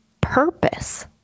purpose